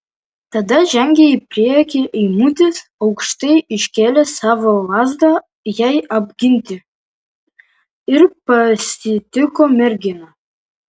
tada žengė į priekį eimutis aukštai iškėlęs savo lazdą jai apginti ir pasitiko merginą